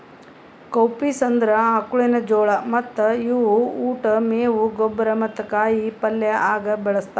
cowpeas ಅಂದುರ್ ಆಕುಳಿನ ಜೋಳ ಮತ್ತ ಇವು ಉಟ್, ಮೇವು, ಗೊಬ್ಬರ ಮತ್ತ ಕಾಯಿ ಪಲ್ಯ ಆಗ ಬಳ್ಸತಾರ್